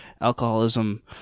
alcoholism